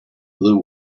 blue